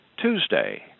TUESDAY